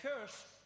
curse